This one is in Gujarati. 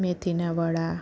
મેથીના વડા